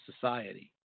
society